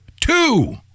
two